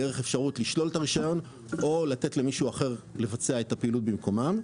דרך אפשרות לשלול את הרישיון או לתת למישהו אחר לבצע את הפעילות במקומם.